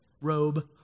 robe